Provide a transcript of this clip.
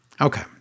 Okay